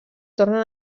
tornen